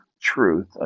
truth